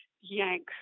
yank